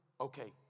Okay